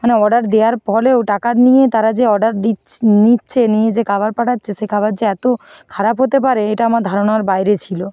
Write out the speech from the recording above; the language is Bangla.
মানে অর্ডার দেওয়ার ফলেও টাকা নিয়ে তারা যে অর্ডার দিচ্ছে নিচ্ছে নিয়ে যে খাবার পাঠাচ্ছে সেই খাবার যে এত খারাপ হতে পারে এটা আমার ধারণার বাইরে ছিল